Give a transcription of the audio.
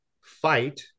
fight